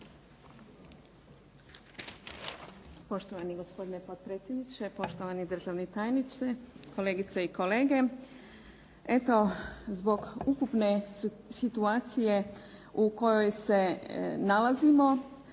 Poštovani gospodine potpredsjedniče. Poštovani državni tajniče, kolegice i kolege. Eto zbog ukupne situacije u kojoj se nalazimo,